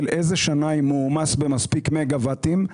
איזה שנאי מועמס במספיק מגה-ואטים,